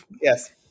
Yes